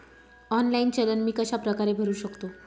Online चलन मी कशाप्रकारे भरु शकतो?